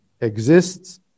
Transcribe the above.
exists